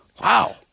Wow